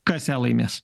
kas ją laimės